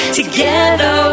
together